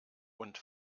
und